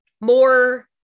more